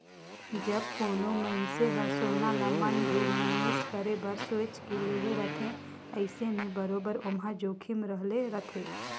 जब कोनो मइनसे हर सोना ल मन भेर निवेस करे बर सोंएच के लेहे रहथे अइसे में बरोबेर ओम्हां जोखिम रहले रहथे